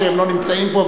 כאשר הם לא נמצאים פה,